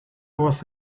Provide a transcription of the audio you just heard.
was